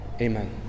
Amen